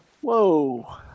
Whoa